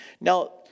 Now